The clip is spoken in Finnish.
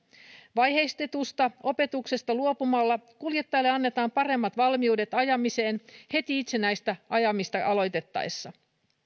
vaiheistetusta opetuksesta luopumalla kuljettajalle annetaan paremmat valmiudet ajamiseen heti itsenäistä ajamista aloitettaessa